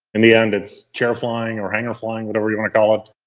in the end, it's chair flying or hangar flying, whatever you want to call it.